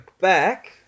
back